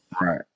Right